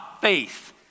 faith